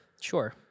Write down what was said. Sure